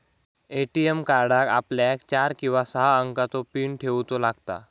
ATM कार्डाक आपल्याक चार किंवा सहा अंकाचो पीन ठेऊचो लागता